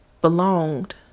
belonged